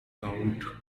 count